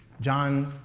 John